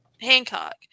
Hancock